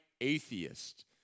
atheist